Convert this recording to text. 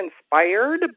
inspired